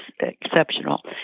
exceptional